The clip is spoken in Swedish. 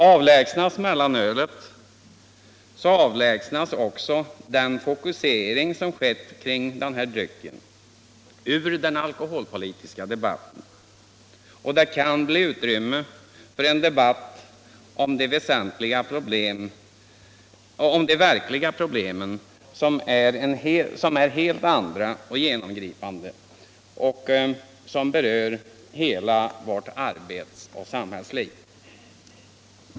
Avlägsnas mellanölet så avlägsnas också den fokusering som skett kring denna dryck ur den alkoholpolitiska debatten, och det kan bli utrymme för en debatt om de verkliga problemen, som är av en helt annan och genomgripande natur och berör hela vårt arbetsoch samhällsliv.